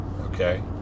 okay